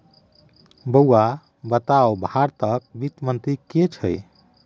बौआ बताउ भारतक वित्त मंत्री के छै?